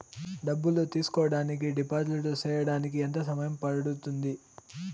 డబ్బులు తీసుకోడానికి డిపాజిట్లు సేయడానికి ఎంత సమయం పడ్తుంది